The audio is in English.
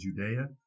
Judea